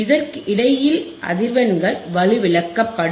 இதற்கிடையில் அதிர்வெண்கள் வலுவிழக்கப்படும்